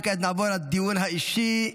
וכעת נעבור לדיון האישי.